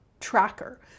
tracker